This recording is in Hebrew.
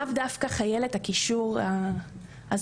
לאו דווקא חיילת הקישור הזוטרה,